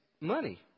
money